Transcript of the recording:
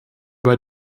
bei